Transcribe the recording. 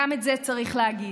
גם את זה צריך להגיד.